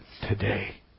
today